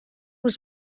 was